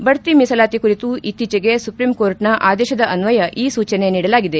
ಬಡ್ತಿ ಮೀಸಲಾತಿ ಕುರಿತು ಇತ್ತೀಚೆಗೆ ಸುಪ್ರೀಂಕೋರ್ಟ್ನ ಆದೇಶದ ಅನ್ವಯ ಈ ಸೂಚನೆ ನೀಡಲಾಗಿದೆ